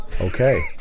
Okay